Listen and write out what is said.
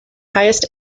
highest